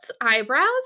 eyebrows